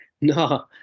no